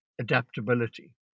adaptability